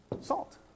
salt